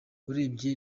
urebye